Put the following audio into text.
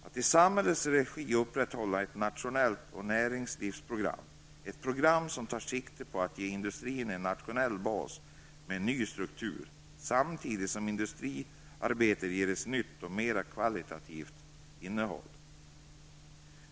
Att i samhällets regi upprätta ett nationellt näringslivsprogram, ett program som tar sikte på att ge industrin en nationell bas med en ny struktur, samtidigt som industriarbetet ges ett nytt och mer kvalitativt innehåll.